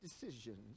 decisions